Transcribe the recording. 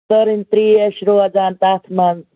تٔرٕنۍ ترٛیش روزان تَتھ منٛز